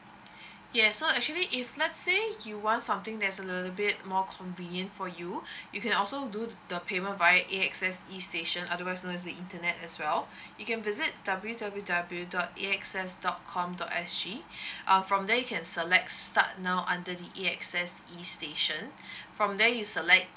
yes so actually if let's say you want something that's a little bit more convenient for you you can also do the payment via A X S E station otherwise known as the internet as well you can visit W_W_W dot A X S dot com dot S_G uh from there you can select start now under the A X S E station from there you select